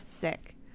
sick